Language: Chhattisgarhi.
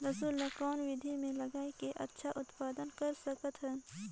लसुन ल कौन विधि मे लगाय के अच्छा उत्पादन कर सकत हन?